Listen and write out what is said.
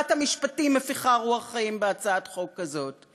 כששרת המשפטים מפיחה רוח חיים בהצעת חוק כזאת?